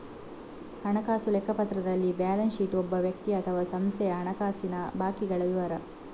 ಹಣಕಾಸು ಲೆಕ್ಕಪತ್ರದಲ್ಲಿ balance sheet ಒಬ್ಬ ವ್ಯಕ್ತಿ ಅಥವಾ ಸಂಸ್ಥೆಯ ಹಣಕಾಸಿನ ಬಾಕಿಗಳ ವಿವರ